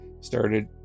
started